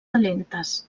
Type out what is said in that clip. calentes